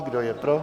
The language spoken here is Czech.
Kdo je pro?